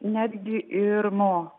netgi ir nuo